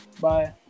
bye